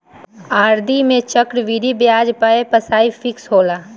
RD में चक्रवृद्धि बियाज पअ पईसा फिक्स होला